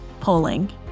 polling